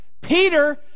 Peter